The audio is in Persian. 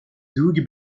دوگ